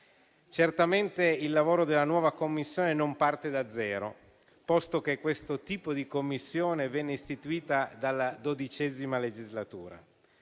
Certamente il lavoro della nuova Commissione non parte da zero, posto che questo tipo di Commissione venne istituita dalla XII legislatura.